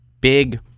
big